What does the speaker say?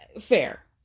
fair